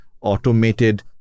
automated